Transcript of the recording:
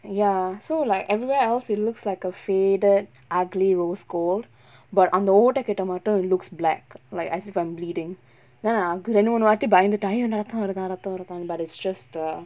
ya so like everywhere else it looks like a faded ugly rose gold but அந்த ஓட்டகிட்ட மட்டும்:antha ottakitta mattum it looks black like as if I'm bleeding நா அங்க ரெண்டு மூனு வாட்டி பயந்துட்ட:naa anga rendu moonu vaati bayanthutta !aiyo! என்ன ரத்தோ வருதா ரத்தோ வருதான்னு:enna ratho varuthaa ratho varuthaanu but it's just the